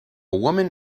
woman